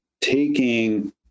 taking